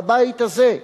בבית הזה,